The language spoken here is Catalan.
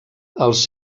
els